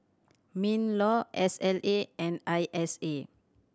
MinLaw S L A and I S A